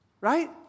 Right